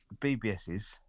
BBSs